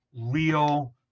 real